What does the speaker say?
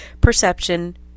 perception